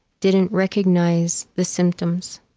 didn't recognize the symptoms.